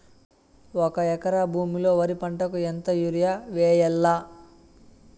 ఒక ఎకరా భూమిలో వరి పంటకు ఎంత యూరియ వేయల్లా?